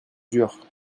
dur